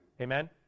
Amen